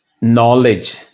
knowledge